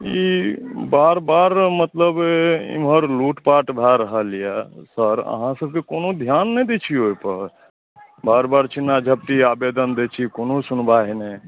ई बार बार मतलब एम्हर लूटपाट भए रहल यए सर अहाँसभ कोनो ध्यान नहि दैत छियै ओहिपर बार बार छीना झपटी आवेदन दैत छी कोनो सुनवाहि नहि